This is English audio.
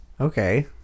okay